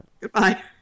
goodbye